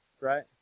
Right